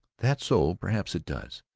that's so. perhaps it does.